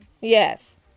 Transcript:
Yes